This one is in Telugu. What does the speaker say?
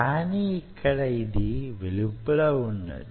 కాని యిక్కడ యిది వెలుపల వున్నది